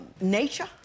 nature